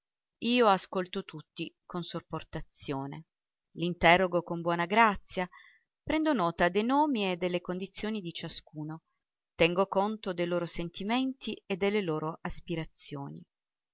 io ascolto tutti con sopportazione li interrogo con buona grazia prendo nota de nomi e delle condizioni di ciascuno tengo conto de loro sentimenti e delle loro aspirazioni